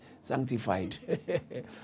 sanctified